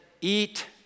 eat